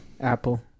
Apple